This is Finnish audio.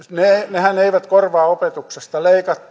nehän eivät korvaa opetuksesta